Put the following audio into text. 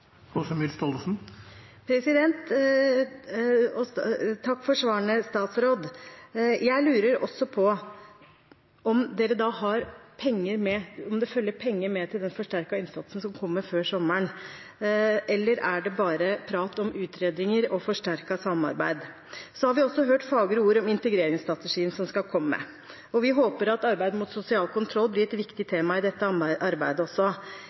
Takk for svarene, statsråd. Jeg lurer også på om dere har penger med, om det følger penger med til den forsterkede innsatsen som kommer før sommeren, eller er det bare prat om utredninger og forsterket samarbeid? Vi har hørt fagre ord om integreringsstrategien som skal komme. Vi håper at arbeidet mot sosial kontroll blir et viktig tema i dette arbeidet også.